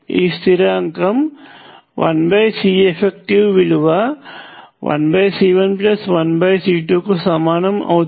ఈ స్థిరాంకం 1Ceff విలువ 1C11C2 కు సమానము అవుతుంది